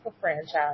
franchise